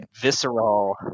visceral